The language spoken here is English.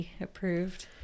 approved